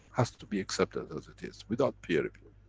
has to be accepted as it is without peer review.